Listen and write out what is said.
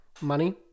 money